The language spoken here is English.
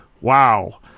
Wow